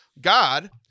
God